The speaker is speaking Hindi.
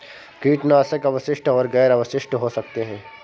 कीटनाशक अवशिष्ट और गैर अवशिष्ट हो सकते हैं